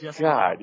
God